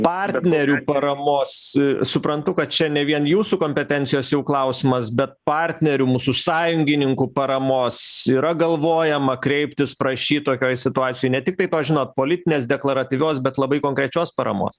partnerių paramos suprantu kad čia ne vien jūsų kompetencijos jau klausimas bet partnerių mūsų sąjungininkų paramos yra galvojama kreiptis prašyt tokioj situacijoj ne tiktai tos žinot politinės deklaratyvios bet labai konkrečios paramos